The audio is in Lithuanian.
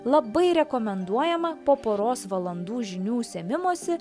labai rekomenduojama po poros valandų žinių sėmimosi